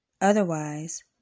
Otherwise